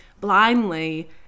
blindly